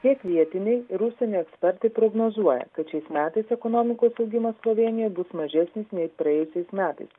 tiek vietiniai ir užsienio ekspertai prognozuoja kad šiais metais ekonomikos augimas slovėnijoje bus mažesnis nei praėjusiais metais